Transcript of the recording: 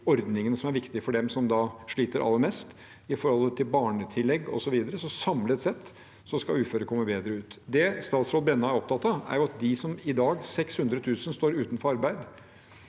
ordningene som er viktig for dem som sliter aller mest, barnetillegg osv. Så samlet sett skal uføre komme bedre ut. Det statsråd Brenna er opptatt av, er at de 600 000 som i dag står utenfor arbeid,